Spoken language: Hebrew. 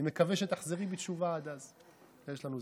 אני מקווה שתחזרי בתשובה עד אז, יש לנו זמן.